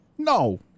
No